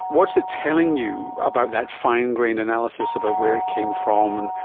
what is it telling you about that fine-grained analysis about where it came from,